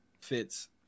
fits